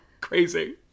Crazy